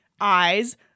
eyes